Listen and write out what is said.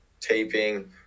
taping